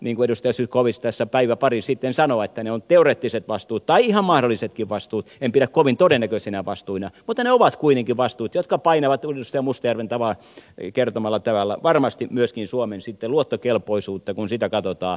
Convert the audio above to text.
niin kuin edustaja zyskowicz tässä päivä pari sitten sanoi ne ovat teoreettiset vastuut tai ihan mahdollisetkin vastuut en pidä niitä kovin todennäköisinä vastuina mutta ne ovat kuitenkin vastuita jotka painavat edustaja mustajärven kertomalla tavalla varmasti sitten myöskin suomen luottokelpoisuutta kun sitä katsotaan